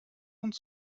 und